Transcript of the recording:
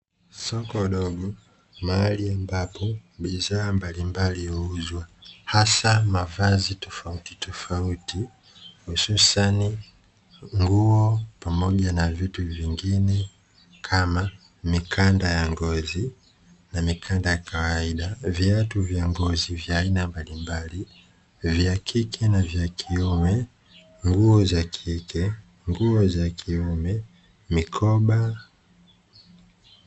Soko dogo mahali ambapo bidhaa mbalimbali huuzwa hasa mavazi tofauti tofauti hususani nguo kama mikanda ya ngozi